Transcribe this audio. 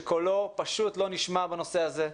שקולו פשוט לא נשמע בנושא הזה.